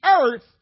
earth